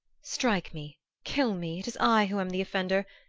strike me kill me it is i who am the offender!